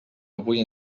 avui